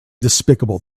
despicable